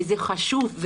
וזה חשוב,